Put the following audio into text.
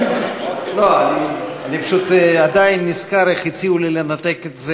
אני פשוט עדיין נזכר איך הציעו לי לנתק את זה